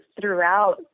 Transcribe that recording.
throughout